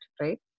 right